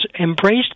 embraced